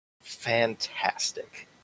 fantastic